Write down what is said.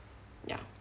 ya